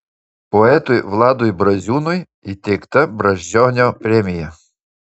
poetui vladui braziūnui įteikta brazdžionio premija